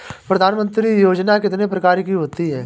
प्रधानमंत्री योजना कितने प्रकार की होती है?